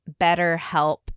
BetterHelp